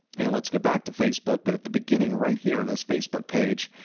and let's go back to facebook. but at the beginning, right here of this facebook page,